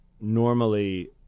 normally